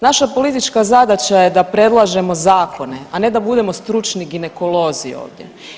Naša politička zadaće je da predlažemo zakone, a ne da budemo stručni ginekolozi ovdje.